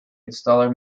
installer